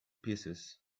pieces